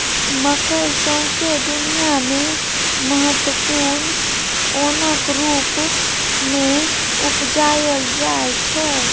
मकय सौंसे दुनियाँ मे महत्वपूर्ण ओनक रुप मे उपजाएल जाइ छै